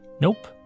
Nope